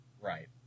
Right